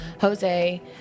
jose